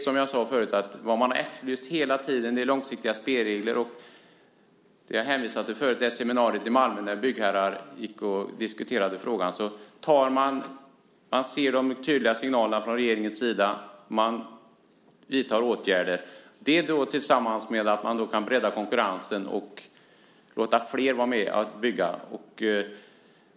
Som jag sade tidigare har man hela tiden efterlyst långsiktiga spelregler. Jag hänvisade förut till det här seminariet i Malmö där byggherrar diskuterade frågan. De ser de tydliga signalerna från regeringen och vidtar åtgärder. Man kan bredda konkurrensen och låta flera vara med och bygga.